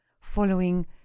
following